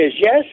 yes